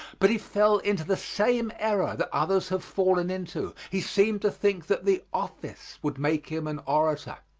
but he fell into the same error that others have fallen into, he seemed to think that the office would make him an orator.